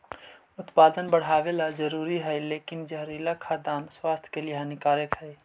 उत्पादन बढ़ावेला जरूरी हइ लेकिन जहरीला खाद्यान्न स्वास्थ्य के लिए हानिकारक हइ